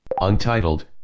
Untitled